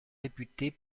réputés